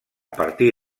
partir